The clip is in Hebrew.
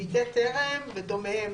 בידי טרם ודומיהם,